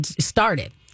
started